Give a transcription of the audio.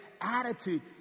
attitude